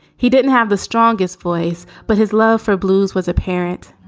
he didn't have the strongest voice, but his love for blues was a parent.